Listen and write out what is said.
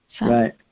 right